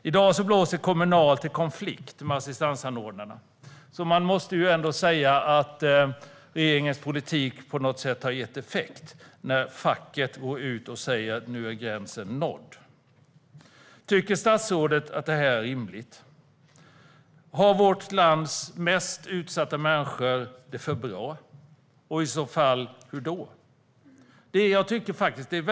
I dag blåser Kommunal till konflikt om assistansanordnarna. Man måste ändå säga att regeringens politik på något sätt har gett effekt när facket går ut och säger: Nu är gränsen nådd. Tycker statsrådet att det här är rimligt? Har vårt lands mest utsatta människor det för bra? I så fall undrar jag: Hur då?